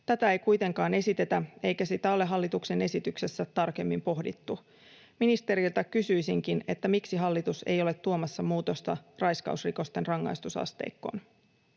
Tätä ei kuitenkaan esitetä eikä sitä ole hallituksen esityksessä tarkemmin pohdittu. Ministeriltä kysyisinkin: miksi hallitus ei ole tuomassa muutosta raiskausrikosten rangaistusasteikkoon?